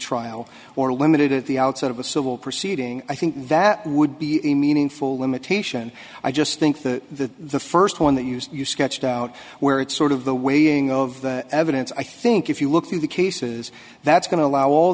trial or limited at the outset of a civil proceeding i think that would be a meaningful limitation i just think that the first one that used you sketched out where it's sort of the weighing of evidence i think if you look through the cases that's going to allow all